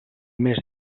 més